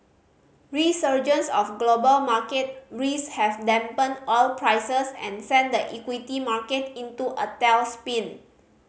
resurgence of global market risk have dampened oil prices and sent the equity market into a tailspin